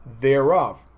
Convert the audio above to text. thereof